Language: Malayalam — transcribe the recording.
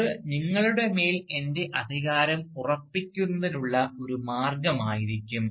അത് നിങ്ങളുടെ മേൽ എൻറെ അധികാരം ഉറപ്പിക്കുന്നതിനുള്ള ഒരു മാർഗമായിരിക്കും